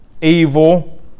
evil